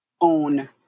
own